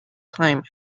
climax